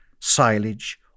silage